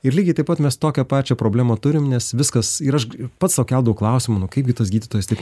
ir lygiai taip pat mes tokią pačią problemą turim nes viskas ir aš pats sau keldavau klausimą kaipgi tas gydytojas tai